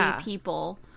people